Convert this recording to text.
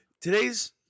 Today's